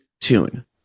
tune